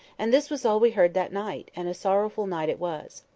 and this was all we heard that night and a sorrowful night it was.